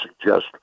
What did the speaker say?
suggest